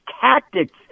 tactics